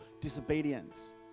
disobedience